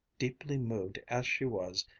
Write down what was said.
deeply moved as she was,